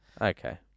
Okay